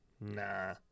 nah